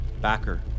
Backer